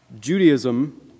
Judaism